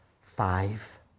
five